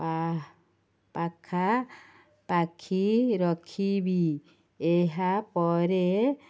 ପା ପାଖା ପାଖି ରଖିବି ଏହା ପରେ